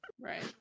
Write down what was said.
Right